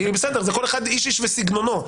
איש איש וסגנונו.